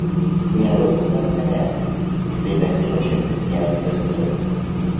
herojus dar nevedęs tiktai besiruošiantis kelti vestuves